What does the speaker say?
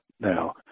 now